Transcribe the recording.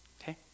Okay